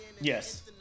Yes